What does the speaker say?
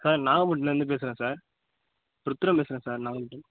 sir நாகப்பட்டினத்துலேருந்து பேசுகிறேன் sir Rudran பேசுகிறேன் சார் நாகப்பட்டினம்